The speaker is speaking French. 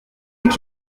est